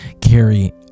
Carrie